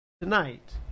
tonight